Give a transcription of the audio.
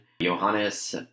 Johannes